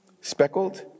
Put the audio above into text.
speckled